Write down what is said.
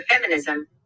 feminism